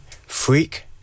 Freak